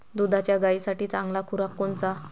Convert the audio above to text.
दुधाच्या गायीसाठी चांगला खुराक कोनचा?